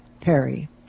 Perry